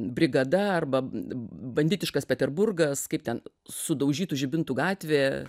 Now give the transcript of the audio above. brigada arba banditiškas peterburgas kaip ten sudaužytų žibintų gatvė